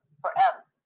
forever